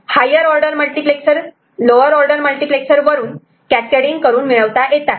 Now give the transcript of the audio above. higher order multiplexer lower order multiplexer वरून cascading करून मिळवता येतात